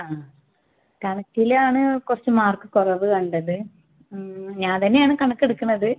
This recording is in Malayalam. ആ കണക്കിലാണ് കുറച്ച് മാർക്ക് കുറവ് കണ്ടത് ഞാൻ തന്നെയാണ് കണക്കെടുക്കുന്നത്